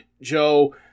Joe